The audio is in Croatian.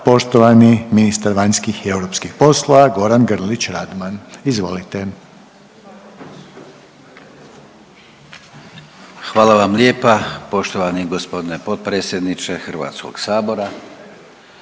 Poštovani ministar vanjskih i europskih poslova Gordan Grlić Radman, izvolite. **Grlić Radman, Gordan (HDZ)** Hvala vam lijepa poštovani gospodine potpredsjedniče Hrvatskog sabora,